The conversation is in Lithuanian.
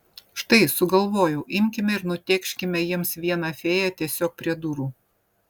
štai sugalvojau imkime ir nutėkškime jiems vieną fėją tiesiog prie durų